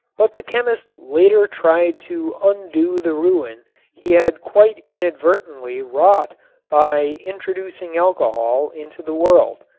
but the chemist later tried to undo the ruin he had quite inadvertently wrought by introducing alcohol into the world.